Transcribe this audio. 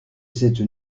cette